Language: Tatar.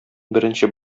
беренче